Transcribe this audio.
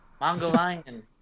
Mongolian